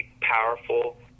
powerful